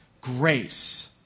Grace